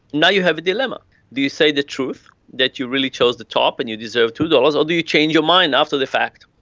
now you have a dilemma do you say the truth, that you really chose the top and you deserve two dollars, or do you change your mind after the fact?